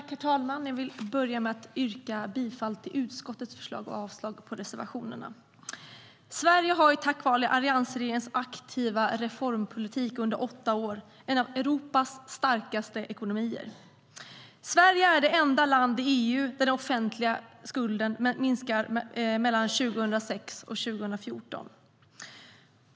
Herr talman! Jag vill börja med att yrka bifall till utskottets förslag och avslag på reservationerna. Sverige har, tack vare alliansregeringens aktiva reformpolitik under åtta år, en av Europas starkaste ekonomier. Sverige är det enda land i EU där den offentliga skulden minskar mellan 2006 och 2014.